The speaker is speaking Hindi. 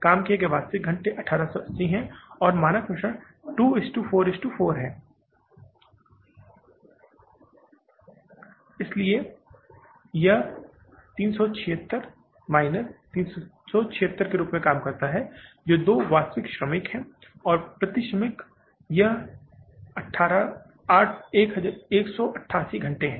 काम किए गए वास्तविक घंटे 1880 हैं और मानक मिश्रण 2 4 4 के अनुपात में दो बटा दस है इसलिए यह 376 माइनस 376 के रूप में काम करता है जो दो वास्तविक श्रमिक हैं और प्रति श्रमिक यह घंटे की संख्या है 188 हैं